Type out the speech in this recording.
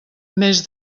més